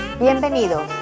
Bienvenidos